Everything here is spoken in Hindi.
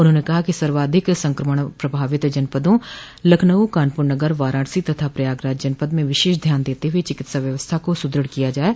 उन्होंने कहा कि सर्वाधिक संक्रमण प्रभावित जनपदों लखनऊ कानपुर नगर वाराणसी तथा प्रयागराज जनपद में विशेष ध्यान देते हुए चिकित्सा व्यवस्था को सुदृढ़ किया जाये